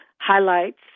highlights